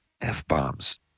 F-bombs